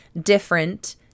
different